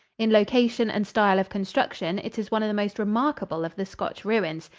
in location and style of construction it is one of the most remarkable of the scotch ruins.